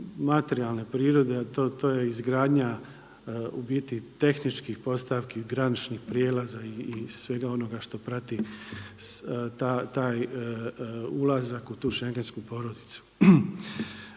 materijalne prirode, a to je izgradnja u biti tehničkih postavki, graničnih prijelaza i svega onoga što prati taj ulazak u tu schengensku porodicu.